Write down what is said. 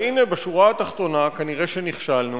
אבל הנה, בשורה התחתונה כנראה שנכשלנו,